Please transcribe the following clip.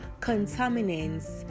contaminants